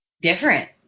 Different